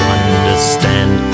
understand